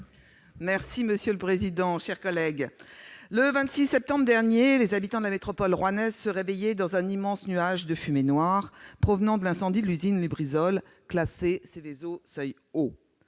pour explication de vote. Le 26 septembre dernier, les habitants de la métropole rouennaise se réveillaient dans un immense nuage de fumée noire provenant de l'incendie de l'usine Lubrizol, classée Seveso seuil haut.